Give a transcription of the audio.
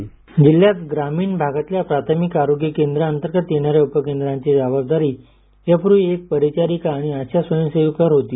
जालना जिल्ह्यात ग्रामीण भागातल्या प्राथमिक आरोग्य केंद्राअंतर्गत येणाऱ्या उपकेंद्रांची जबाबदारी यापूर्वी एक परिचारिका आणि आशा स्वयंसेविकांवर होती